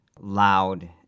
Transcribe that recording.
loud